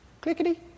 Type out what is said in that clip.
Clickety